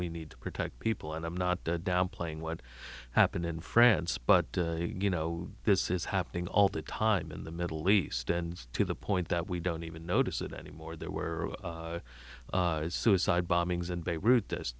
we need to protect people and i'm not downplaying what happened in france but you know this is happening all the time in the middle east and to the point that we don't even notice it anymore there were suicide bombings in beirut this